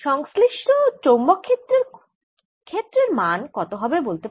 সংশ্লিষ্ট চৌম্বক ক্ষেত্রের মান কত হবে বলতে পার